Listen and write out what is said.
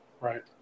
Right